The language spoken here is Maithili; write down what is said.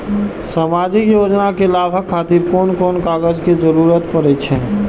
सामाजिक योजना के लाभक खातिर कोन कोन कागज के जरुरत परै छै?